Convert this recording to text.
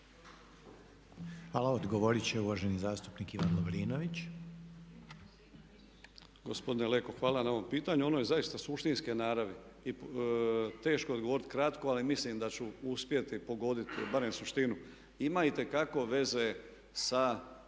Hvala. Odgovoriti će uvaženi zastupnik Ivan Lovrinović. **Lovrinović, Ivan (MOST)** Gospodine Leko hvala na ovom pitanju, ono je zaista suštinske naravi. Teško je odgovoriti kratko ali mislim da ću uspjeti pogoditi barem suštinu. Ima itekako veze sa